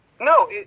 no